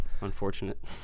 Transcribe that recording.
Unfortunate